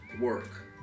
work